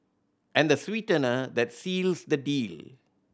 and the sweetener that seals the deal